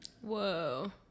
Whoa